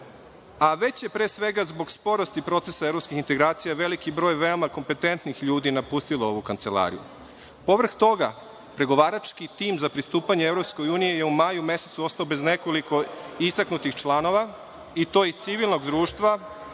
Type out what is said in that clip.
a već je pre svega zbog sporosti procesa evropskih integracija veliki broj veoma kompetentnih ljudi napustilo ovu Kancelariju. Povrh toga, pregovarački tim za pristupanje EU je u maju mesecu ostao bez nekoliko istaknutih članova, i to iz civilnog društva,